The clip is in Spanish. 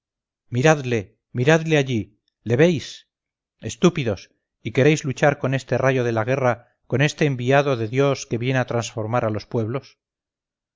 miradle miradle allí le veis estúpidos y queréis luchar con este rayo de la guerra con este enviado de dios que viene a transformar a los pueblos